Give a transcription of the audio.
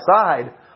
side